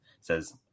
says